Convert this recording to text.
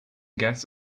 gas